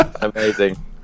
Amazing